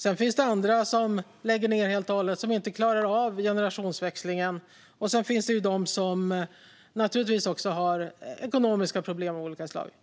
Det finns andra som lägger ned helt och hållet, som inte klarar av generationsväxlingen. Sedan finns det naturligtvis de som har ekonomiska problem av olika slag.